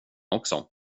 också